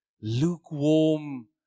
lukewarm